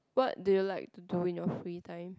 what do you like to do in your free time